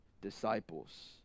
disciples